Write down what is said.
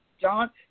John